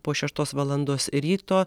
po šeštos valandos ryto